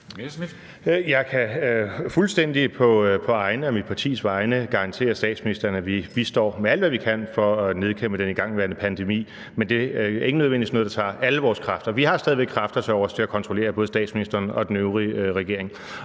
Jeg kan fuldstændig på egne og mit partis vegne garantere statsministeren, at vi bistår med alt, hvad vi kan, for at nedkæmpe den igangværende pandemi, men det er jo ikke nødvendigvis noget, der tager alle vores kræfter. Vi har stadig væk kræfter til overs til at kontrollere både statsministeren og den øvrige regering,